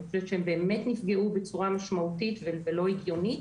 אני חושבת שהם באמת נפגעו בצורה משמעותית ולא הגיונית,